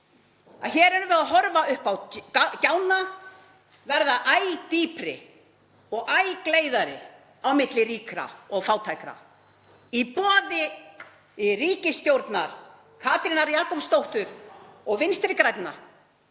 hér erum við að horfa upp á gjána verða æ dýpri og æ gleiðari á milli ríkra og fátækra. Í boði ríkisstjórnar Katrínar Jakobsdóttur og Vinstri grænna